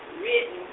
written